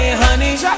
honey